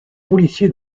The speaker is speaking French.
policiers